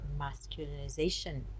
masculinization